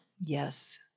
Yes